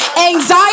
anxiety